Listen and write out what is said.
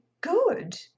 good